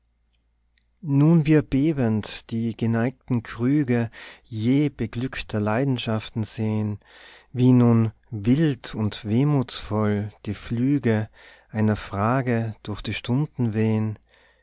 nun wir bebend die geneigten krüge jäh beglückter leidenschaften sehn wie nun wild und wehmutsvoll die flüge einer frage durch die stunden wehn